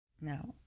Now